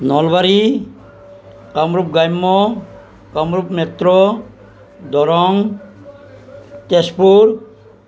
নলবাৰী কামৰূপ গ্ৰাম্য কামৰূপ মেট্ৰ' দৰং তেজপুৰ